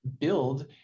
build